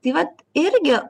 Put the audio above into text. tai vat irgi